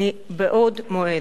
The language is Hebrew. מבעוד מועד.